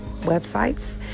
websites